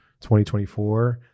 2024